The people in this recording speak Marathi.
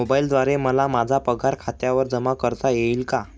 मोबाईलद्वारे मला माझा पगार खात्यावर जमा करता येईल का?